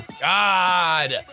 God